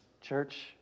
church